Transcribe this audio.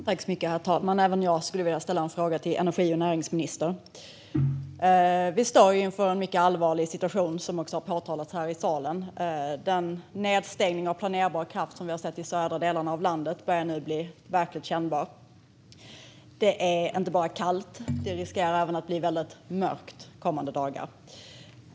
Herr talman! Även jag skulle vilja ställa en fråga till energi och näringsministern. Vi står inför en mycket allvarlig situation, vilket också har påtalats här i salen. Den nedstängning av planerbar kraft som vi har sett i de södra delarna av landet börjar nu bli verkligt kännbar. Det är inte bara kallt. Det riskerar även att bli väldigt mörkt kommande dagar.